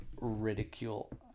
ridicule